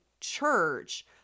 church